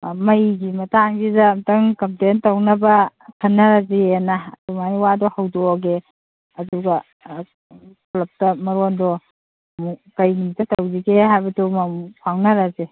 ꯃꯩꯒꯤ ꯃꯇꯥꯡꯁꯤꯗ ꯑꯝꯇꯪ ꯀꯝꯄ꯭ꯂꯦꯟ ꯇꯧꯅꯕ ꯈꯟꯅꯁꯤꯑꯅ ꯑꯗꯨꯃꯥꯏꯅ ꯋꯥꯗꯣ ꯍꯧꯗꯣꯛꯑꯒꯦ ꯑꯗꯨꯒ ꯀ꯭ꯂꯞꯇ ꯃꯔꯣꯟꯗꯣ ꯑꯃꯨꯛ ꯀꯔꯤ ꯅꯨꯃꯤꯠꯇ ꯇꯧꯁꯤꯒꯦ ꯍꯥꯏꯕꯗꯨꯒ ꯑꯃꯨꯛ ꯐꯥꯎꯅꯔꯁꯦ